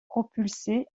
propulsé